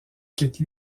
quitte